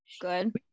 Good